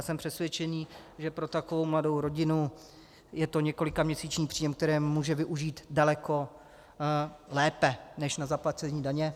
Jsem přesvědčen, že pro takovou mladou rodinu je to několikaměsíční příjem, který může využít daleko lépe než na zaplacení daně.